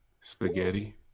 spaghetti